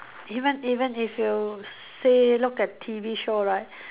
even even if you say look at T_V show right